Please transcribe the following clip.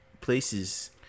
places